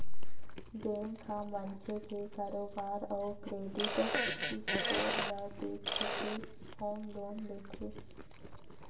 bank ह मनखे के कारोबार अउ क्रेडिट स्कोर ल देखके होम लोन देथे